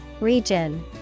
Region